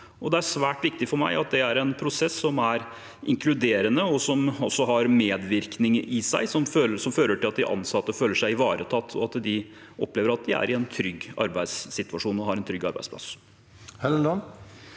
Det er svært viktig for meg at det er en prosess som er inkluderende, som har medvirkning i seg, og som fører til at de ansatte føler seg ivaretatt, og at de opplever at de er i en trygg arbeidssituasjon og har en trygg arbeidsplass.